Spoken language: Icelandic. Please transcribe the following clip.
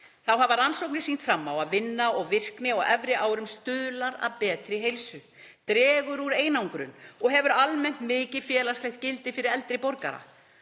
Þá hafa rannsóknir sýnt fram á að vinna og virkni á efri árum stuðlar að betri heilsu, dregur úr einangrun og hefur almennt mikið félagslegt gildi fyrir eldri borgara.